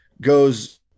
goes